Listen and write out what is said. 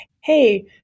hey